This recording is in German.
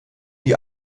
die